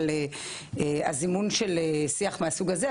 על הזימון של שיח מהסוג הזה.